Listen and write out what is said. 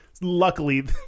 luckily